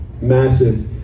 Massive